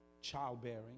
childbearing